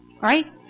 Right